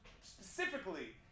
specifically